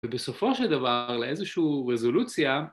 ‫ובסופו של דבר לאיזושהי רזולוציה...